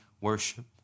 worship